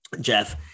Jeff